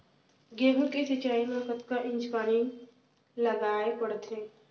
गेहूँ के सिंचाई मा कतना इंच पानी लगाए पड़थे?